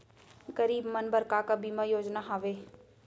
गरीब मन बर का का बीमा योजना हावे?